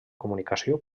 comunicació